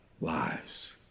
lives